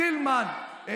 סילמן,